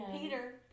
Peter